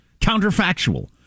counterfactual